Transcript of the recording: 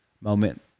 moment